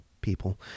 people